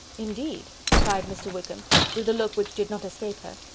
indeed! cried mr. wickham with a look which did not escape her.